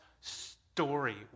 story